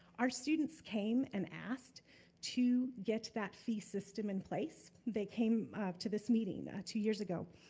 our students came and asked to get that fee system in place. they came to this meeting two years ago.